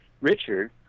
Richard